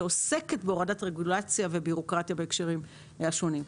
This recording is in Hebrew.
שעוסקת בהורדת רגולציה ובירוקרטיה בהקשרים השונים.